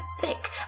thick